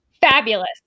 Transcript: Fabulous